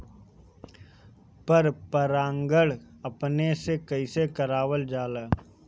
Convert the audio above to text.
पर परागण अपने से कइसे करावल जाला?